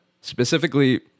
specifically